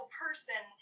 person